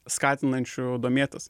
skatinančių domėtis